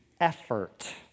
effort